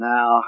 Now